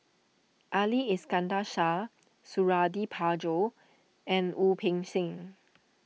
Ali Iskandar Shah Suradi Parjo and Wu Peng Seng